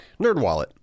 NerdWallet